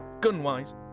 gun-wise